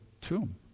tomb